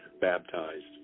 baptized